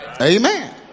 amen